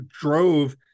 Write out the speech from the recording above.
drove